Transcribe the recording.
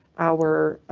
our.